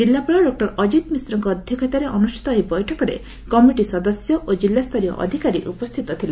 ଜିଲ୍ଲାପାଳ ଡଃ ଅକିତ ମିଶ୍ରଙ୍କ ଅଧ୍ଧକ୍ଷତାରେ ଅନୁଷ୍ଠିତ ଏହି ବୈଠକରେ କମିଟି ସଦସ୍ୟ ଓ ଜିଲ୍ଲା ସ୍ତରୀୟ ଅଧିକାରୀ ଉପସ୍ଥିତ ଥିଲେ